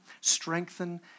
strengthen